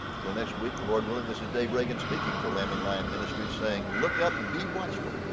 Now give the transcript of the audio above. until next week, the lord willing this ah dave reagan speaking for lamb and lion ministries saying, look up, be watchful,